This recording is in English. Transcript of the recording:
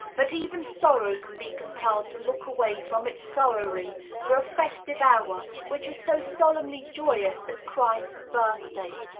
but even sorrow can be compelled to look away from its sorrowing for a festival hour which is so solemnly joyous as christ's birthday.